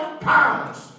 pounds